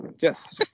Yes